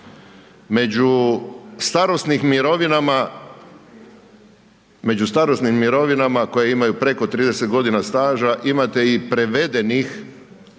Među starosnim mirovinama koji imaju preko 30 g. staža, imate i prevedenih